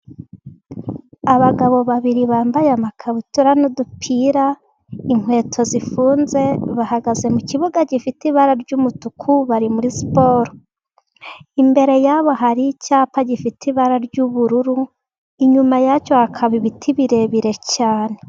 Abagabo babiri bambaye amakabutura n'udupira inkweto zifunze, bahagaze mu kibuga gifite ibara ry'umutuku, bari muri siporo imbere yabo hari icyapa gifite ibara ry'ubururu, inyuma yacyo hakaba ibiti birebire cyane.